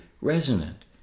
resonant